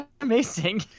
amazing